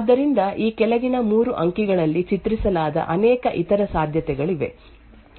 ಆದ್ದರಿಂದ ಈ ಕೆಳಗಿನ 3 ಅಂಕಿಗಳಲ್ಲಿ ಚಿತ್ರಿಸಲಾದ ಅನೇಕ ಇತರ ಸಾಧ್ಯತೆಗಳಿವೆ